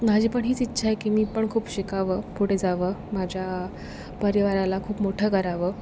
माझी पण हीच इच्छा आहे की मी पण खूप शिकावं पुढे जावं माझ्या परिवाराला खूप मोठं करावं